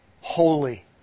holy